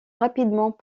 rapidement